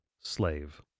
slave